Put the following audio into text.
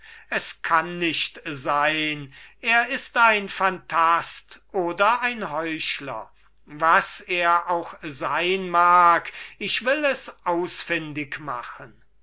es kann nicht sein er ist ein phantast oder ein heuchler was er auch sein mag ich will es ausfündig machen